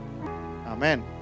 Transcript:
Amen